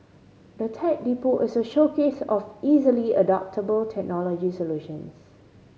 the Tech Depot is a showcase of easily adoptable technology solutions